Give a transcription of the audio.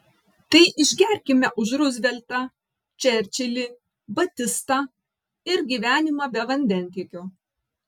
tai išgerkime už ruzveltą čerčilį batistą ir gyvenimą be vandentiekio